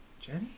Jenny